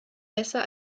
besser